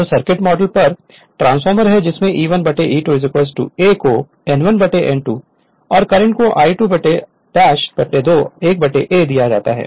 तो circuit model एक transformer है जिसमें E1 E2 a को N1 N2 और करंट को I2 ' 2 1 a दिया जाता है